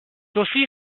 aussi